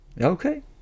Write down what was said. okay